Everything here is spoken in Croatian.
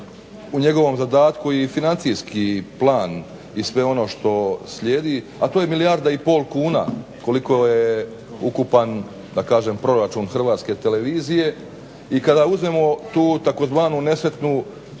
u njegovom zadatku i financijski plan i sve ono što slijedi, a to je milijarda i pol kuna koliko je ukupan proračun HTV-a i kada uzmemo tu tzv. nesretnu